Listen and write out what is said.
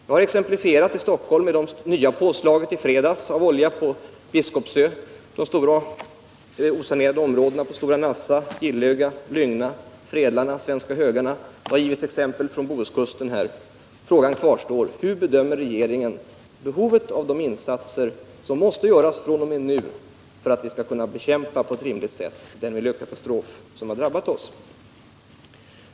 Jag har från Stockholm exemplifierat med det nya påslaget av olja i fredags på Biskopsö, de stora osanerade områdena på Stora Nassa, Gillöga, Lygna, Fredlarna och Svenska Högarna. Det har även givits exempel från Bohuskusten. Frågan kvarstår: Hur bedömer regeringen behovet av de insatser som fr.o.m. nu måste göras för att vi på ett rimligt sätt skall kunna bekämpa den miljökatastrof som har drabbat oss?